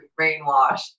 brainwash